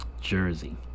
Jersey